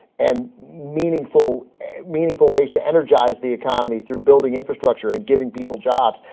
and meaningful meaningful ways to energize the economy through building infrastructure and giving people jobs,